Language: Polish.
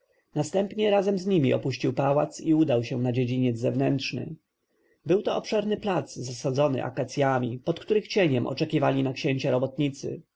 następnie razem z nimi opuścił pałac i udał się na dziedziniec zewnętrzny był to obszerny plac zasadzony akacjami pod których cieniem oczekiwali na księcia robotnicy